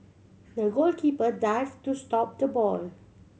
the goalkeeper dived to stop the ball